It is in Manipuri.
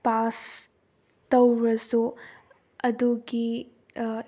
ꯄꯥꯁ ꯇꯧꯔꯁꯨ ꯑꯗꯨꯒꯤ